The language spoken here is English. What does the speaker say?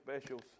specials